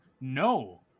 No